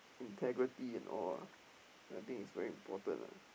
integrity and all ah I think is very important ah